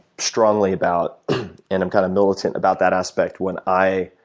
strongly about and i'm kind of militant about that aspect when i